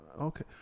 okay